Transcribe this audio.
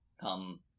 come